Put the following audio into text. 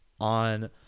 on